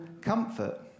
comfort